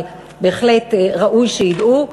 אבל בהחלט ראוי שידעו.